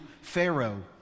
Pharaoh